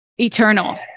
eternal